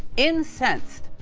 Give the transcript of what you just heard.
incensed.